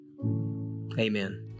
amen